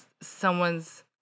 someone's